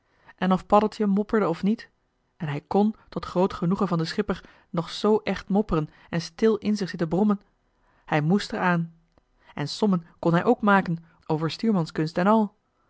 en of paddeltje mopperde of niet en hij kn tot groot genoegen van den schipper nog zoo echt mopperen en stil in zich zitten brommen hij moest er aan en sommen kon hij ook maken over stuurmanskunst en al